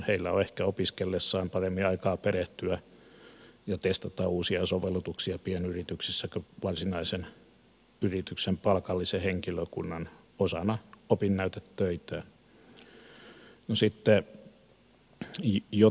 heillä on ehkä opiskellessaan paremmin aikaa perehtyä ja testata uusia sovellutuksia pienyrityksissä varsinaisen yrityksen palkallisen henkilökunnan osana osana opinnäytetöitään